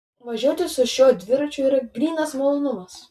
važiuoti su šiuo dviračiu yra grynas malonumas